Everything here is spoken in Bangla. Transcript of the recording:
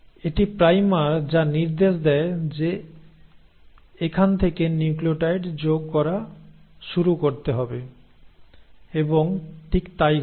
এটি প্রাইমার যা নির্দেশ দেয় যে এখান থেকে নিউক্লিওটাইড যোগ করা শুরু করতে হবে এবং ঠিক তাই ঘটে